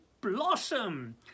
blossom